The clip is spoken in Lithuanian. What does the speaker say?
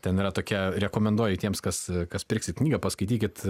ten yra tokia rekomenduoju tiems kas kas pirksit knygą paskaitykit